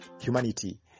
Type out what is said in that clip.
Humanity